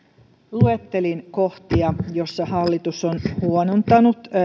luettelin kohtia joissa hallitus on huonontanut